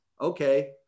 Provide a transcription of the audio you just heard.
okay